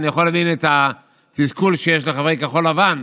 אני יכול להבין את התסכול שיש לחברי כחול לבן,